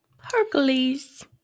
Hercules